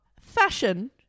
Fashion